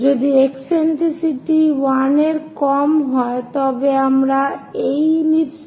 যদি একসেন্ট্রিসিটি 1 এর কম হয় তবে আমরা একটি ইলিপস পাব